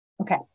Okay